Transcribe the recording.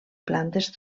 plantes